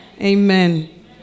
Amen